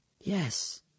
Yes